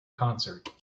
concert